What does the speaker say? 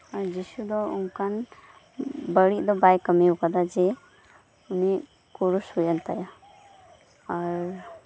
ᱟᱨ ᱡᱤᱥᱩ ᱫᱚ ᱚᱝᱠᱟᱱ ᱵᱟᱲᱤᱡ ᱫᱚ ᱵᱟᱭ ᱠᱟᱢᱤ ᱟᱠᱟᱫᱟ ᱡᱮ ᱩᱱᱤ ᱠᱨᱩᱥ ᱦᱳᱭᱮᱱ ᱛᱟᱭᱟ ᱟᱨ